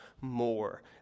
more